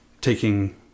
taking